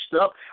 up